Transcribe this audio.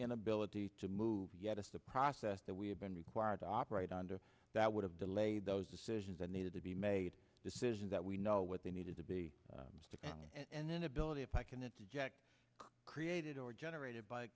inability to move get us the process that we had been required to operate under that would have delayed those decisions that needed to be made decisions that we know what they needed to be and then ability if i can interject created or generated by